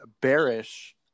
bearish